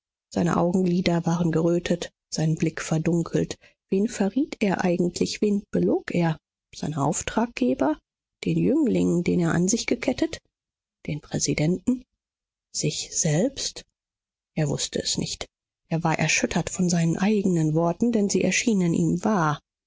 seine augenlider waren gerötet sein blick verdunkelt wen verriet er eigentlich wen belog er seine auftraggeber den jüngling den er an sich gekettet den präsidenten sich selbst er wußte es nicht er war erschüttert von seinen eignen worten denn sie erschienen ihm wahr